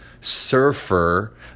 surfer